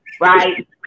right